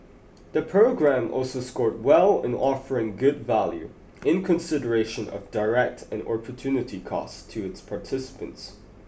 the programme also scored well in offering good value in consideration of direct and opportunity costs to its participants